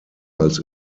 als